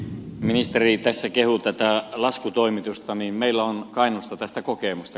kun ministeri tässä kehui tätä laskutoimitusta niin meillä on kainuusta tästä kokemusta